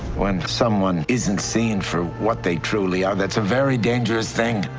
when someone isn't seen for what they truly are, that's a very dangerous thing.